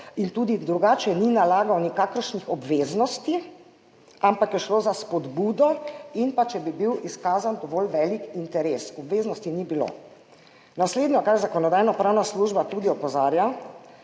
in tudi drugače ni nalagal nikakršnih obveznosti, ampak je šlo za spodbudo in če bi bil izkazan dovolj velik interes, obveznosti ni bilo. Naslednje, kar Zakonodajno-pravna služba tudi opozarja,